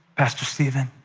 pastor steven?